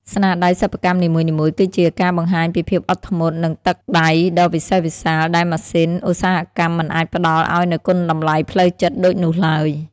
ស្នាដៃសិប្បកម្មនីមួយៗគឺជាការបង្ហាញពីភាពអត់ធ្មត់ និងទឹកដៃដ៏វិសេសវិសាល ដែលម៉ាស៊ីនឧស្សាហកម្មមិនអាចផ្ដល់ឱ្យនូវគុណតម្លៃផ្លូវចិត្តដូចនោះឡើយ។